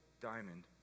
diamond